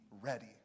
ready